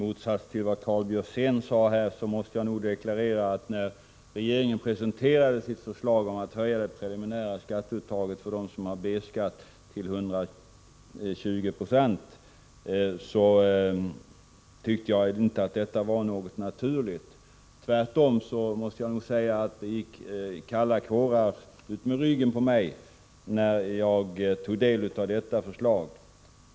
Fru talman! Karl Björzén sade att det var naturligt att höja det preliminära skatteuttaget för dem som har B-skatt till 120 90. I motsats till honom måste jag säga att det gick kalla kårar utmed ryggen på mig när jag tog del av regeringens förslag.